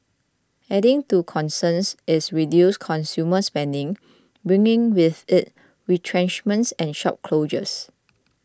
adding to concerns is reduced consumer spending bringing with it retrenchments and shop closures